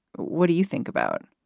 what do you think about it?